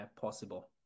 possible